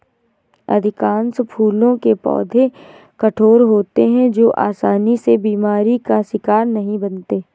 अधिकांश फूलों के पौधे कठोर होते हैं जो आसानी से बीमारी का शिकार नहीं बनते